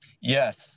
Yes